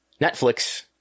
Netflix